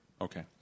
Okay